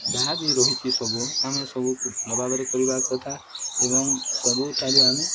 ଯାହା ବି ରହିଛିି ସବୁ ଆମେ ସବୁକୁ ଭଲ ଭାବରେ କରିବା କଥା ଏବଂ ସବୁଠାରେ ଆମେ